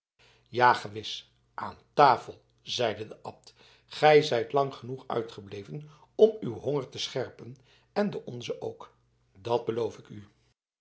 gewis aan tafel zeide de abt gij zijt lang genoeg uitgebleven om uw honger te scherpen en den onzen ook dat beloof ik u